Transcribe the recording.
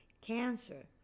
cancer